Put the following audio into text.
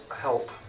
help